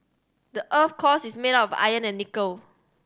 the earth core is made of iron and nickel